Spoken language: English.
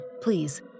please